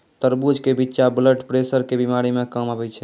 तरबूज के बिच्चा ब्लड प्रेशर के बीमारी मे काम आवै छै